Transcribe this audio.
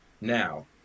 Now